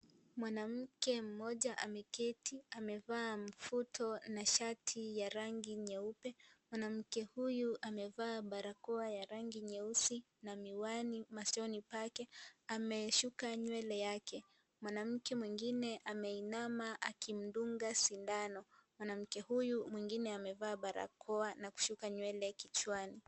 Mwanamke moja ameketi amevaa mvuto na shati ya rangi nyeupe, mwanamke huyu amevaa barakoa ya rangi nyeusi na miwani machoni pake amesuka nywele yake, mwanamke mwingine ameinama akimdunga sindano mwanamke huyu mwingine amevaa barakoa na kusuka nywele kichwani.